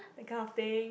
that kind of thing